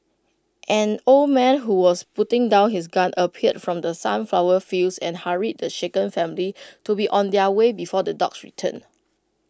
an old man who was putting down his gun appeared from the sunflower fields and hurried the shaken family to be on their way before the dogs return